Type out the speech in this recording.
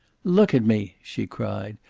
look at me! she cried.